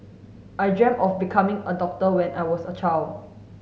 I dreamt of becoming a doctor when I was a child